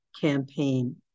campaign